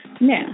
Now